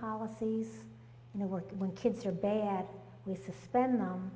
policies in the world when kids are bad we suspend them